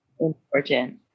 important